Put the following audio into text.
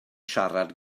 siarad